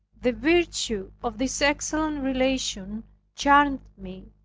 the virtue of this excellent relation charmed me.